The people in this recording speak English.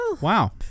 Wow